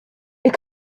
you